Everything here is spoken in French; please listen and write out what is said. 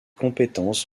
compétence